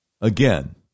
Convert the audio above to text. Again